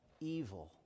evil